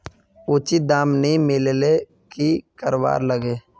उचित दाम नि मिलले की करवार लगे?